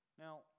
Now